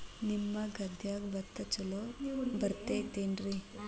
ನಿಮ್ಮ ಗದ್ಯಾಗ ಭತ್ತ ಛಲೋ ಬರ್ತೇತೇನ್ರಿ?